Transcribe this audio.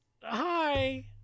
hi